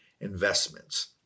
investments